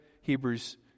hebrews